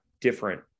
different